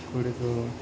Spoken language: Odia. ଗୁଡ଼ିକୁ